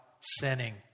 sinning